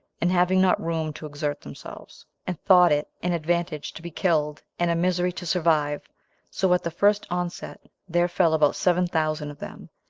and having not room to exert themselves, and thought it an advantage to be killed, and a misery to survive so at the first onset there fell about seven thousand of them,